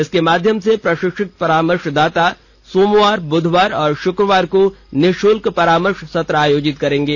इसके माध्यम से प्रशिक्षित परामर्शदाता सोमवार ब्धवार और शुक्रवार को निःशुल्क परामर्श सत्र आयोजित करेंगे